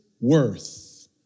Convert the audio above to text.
worth